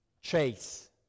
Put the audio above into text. chase